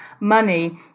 money